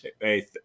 hey